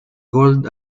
gold